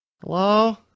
Hello